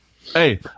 hey